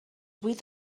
vuit